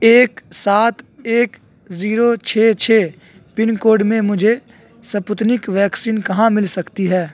ایک سات ایک زیرو چھ چھ پنکوڈ میں مجھے سپوتنک ویکسین کہاں مل سکتی ہے